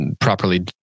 properly